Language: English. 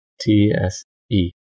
T-S-E